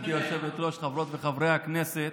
גברתי היושבת-ראש, חברות וחברי הכנסת,